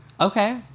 okay